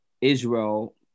Israel